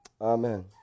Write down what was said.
Amen